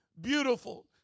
Beautiful